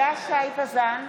הילה שי וזאן,